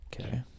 Okay